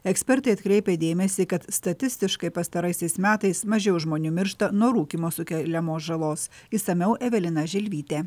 ekspertai atkreipia dėmesį kad statistiškai pastaraisiais metais mažiau žmonių miršta nuo rūkymo sukeliamos žalos išsamiau evelina želvytė